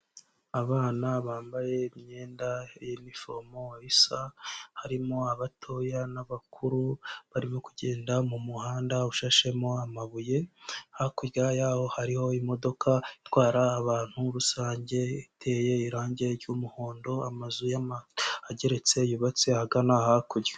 Abana bambaye imyenda y'inifomo isa harimo abatoya n'abakuru barimo kugenda mu muhanda ushashemo amabuye, hakurya yaho hariho imodoka itwara abantu rusange iteye irangi ry'umuhondo amazu ageretse yubatse ahagana hakurya.